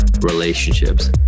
relationships